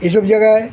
এইসব জায়গায়